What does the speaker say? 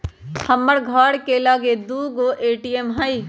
हमर घर के लगे दू गो ए.टी.एम हइ